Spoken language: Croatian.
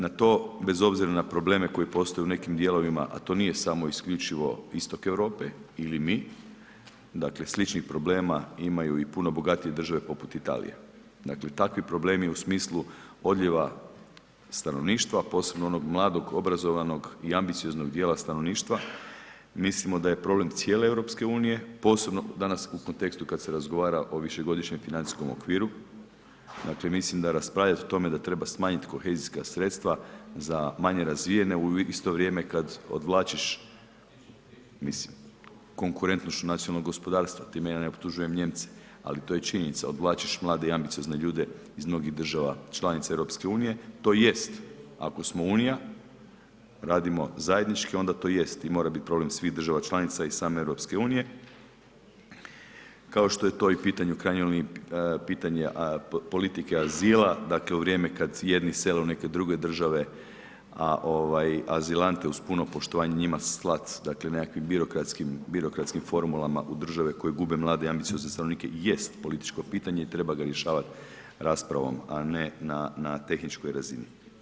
Na to, bez obzira na probleme koji postoje u nekim dijelovima, a to nije samo isključivo istok Europe ili mi, dakle sličnih problema imaju i puno bogatije države poput Italije, dakle takvi problemi u smislu odljeva stanovništva, posebno onog mladog, obrazovanog i ambicioznog dijela stanovništva, mislimo da je problem cijele EU, posebno danas u kontekstu kad se razgovara o višegodišnjem financijskom okviru, dakle mislim da raspravljat o tome da treba smanjit kohezijska sredstva za manje razvijene u isto vrijeme kad odvlačiš, mislim konkurentnost nacionalnog gospodarstva, time ja ne optužujem Nijemce, ali to je činjenica, odvlačiš mlade i ambiciozne ljude iz mnogih država članica EU, to jest ako smo Unija radimo zajednički, onda to jest i mora bit problem svih država članica i same EU, kao što je to i pitanje u krajnjoj liniji pitanje politike azila, dakle u vrijeme kad jedni sele u neke druge države, a ovaj azilante uz puno poštovanje njima slat, dakle nekakvim birokratskim birokratskim formulama u države koje gube mlade i ambiciozne stanovnike jest političko pitanje i treba ga rješavat raspravom, a ne na tehničkoj razini.